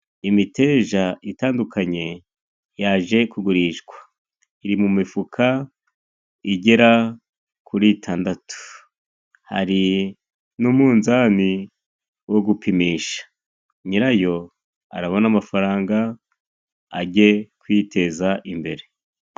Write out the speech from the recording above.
Imiteja itandukanye yaje kugurishwa, iri mu mifuka igera kuri itandatu, hari n'umunzani wo gupimisha. Nyirayo arabona amafaranga ajye kwiteza imbere.